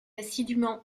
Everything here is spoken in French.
assidûment